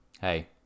hey